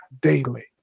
daily